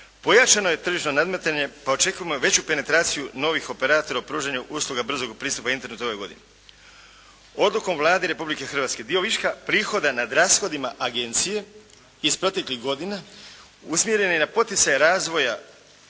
pojačano je tržišno nametanje pa očekujemo veću penetraciju novih operatora u pružanju usluga brzog pristupa Internetu u ovoj godini. Odlukom Vlade Republike Hrvatske dio viška prihoda nad rashodima agencije iz proteklih godina usmjerena je i na poticaje razvoja